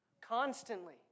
constantly